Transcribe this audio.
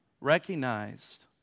recognized